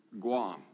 Guam